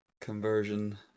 Conversion